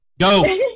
Go